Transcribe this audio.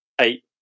eight